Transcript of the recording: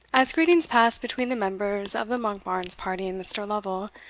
as greetings passed between the members of the monkbarns party and mr. lovel,